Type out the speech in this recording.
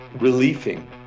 relieving